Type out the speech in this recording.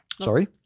sorry